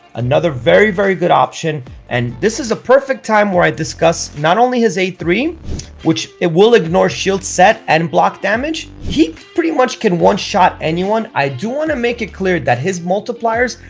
another very very good option and this is a perfect time where i discuss not only his a three which it will ignore shield set and and block damage he pretty much can one-shot anyone. i do want to make it clear that his multipliers.